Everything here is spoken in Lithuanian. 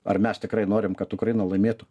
ar mes tikrai norim kad ukraina laimėtų